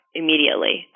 immediately